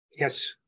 Yes